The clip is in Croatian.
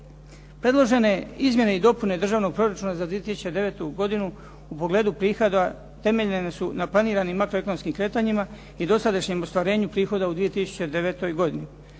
Predložene izmjene i dopune Državnog proračuna za 2009. godinu u pogledu prihoda temeljene su na planiranim makroekonomskim kretanjima i dosadašnjem ostvarenju prihoda u 2009. godini.